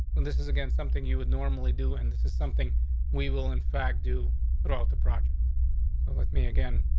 and this is again something you would normally do. and this is something we will in fact, do that all the project with me again.